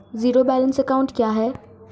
Zero balance account क्या है?